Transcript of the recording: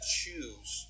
choose